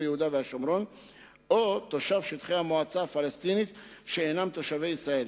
יהודה והשומרון או תושב שטחי המועצה הפלסטינית שאינם תושבי ישראל,